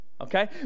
okay